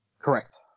Correct